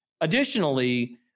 Additionally